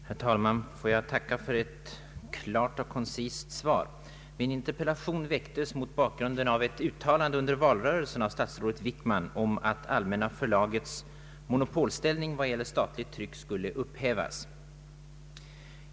Herr talman! Låt mig tacka för ett klart och koncist svar. Min interpellation väcktes mot bakgrund av ett uttalande under valrörelsen av statsrådet Wickman om att Allmänna förlagets monopolställning vad gäller statligt tryck skulle upphävas.